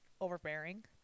overbearing